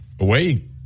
away